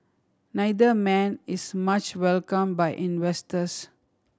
neither man is much welcome by investors